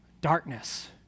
Darkness